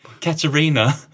Katerina